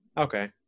okay